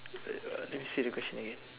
uh let me see the question again